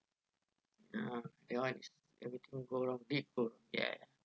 ah that one is everything go wrong people ya